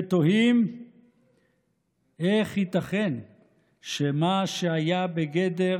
ותוהים איך ייתכן שמה שהיה בגדר